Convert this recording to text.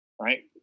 right